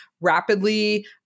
rapidly